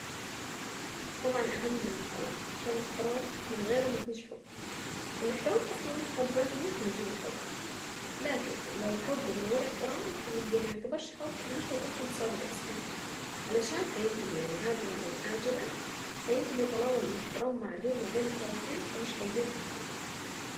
طبعا اهم الاحترام عشان الاحترام من غيره مفيش حب والاحترام اصلا في حد ذاته ممكن يجيب الحب. لكن لو حب من غير احترام يبقى ما يعتبرش حب ومش هيكون حب فاضل اصل علشان هينتهي يعني عادي هينتهي طالما الاحترام معدوم ما بين الطرفين فمش هيدوم اصلا.